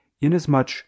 inasmuch